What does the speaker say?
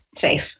safe